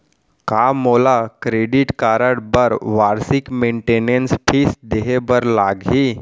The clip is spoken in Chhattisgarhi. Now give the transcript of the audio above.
का मोला क्रेडिट कारड बर वार्षिक मेंटेनेंस फीस देहे बर लागही?